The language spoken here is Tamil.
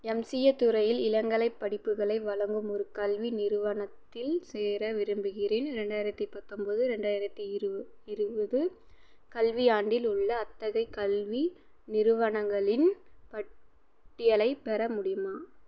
எம்சிஏ துறையில் இளங்கலைப் படிப்புகளை வழங்கும் ஒரு கல்வி நிறுவனத்தில் சேர விரும்புகிறேன் இரண்டாயிரத்து பத்தொம்பது இரண்டாயிரத்து இரு இருபது கல்வியாண்டில் உள்ள அத்தகை கல்வி நிறுவனங்களின் பட்டியலைப் பெற முடியுமா